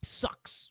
sucks